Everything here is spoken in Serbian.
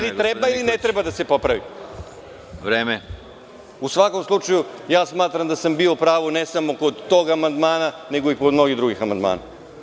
Ili treba ili ne treba da se popravi. (Predsedavajući: Vreme.) U svakom slučaju, ja smatram da sam bio u pravu ne samo kod tog amandmana, nego i kod mnogih drugih amandmana.